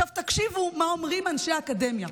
תקשיבו מה אומרים אנשי האקדמיה.